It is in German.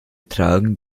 tragen